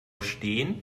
steen